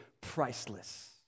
priceless